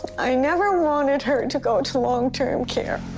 i never wanted her to go to long-term care.